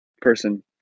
Person